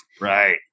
right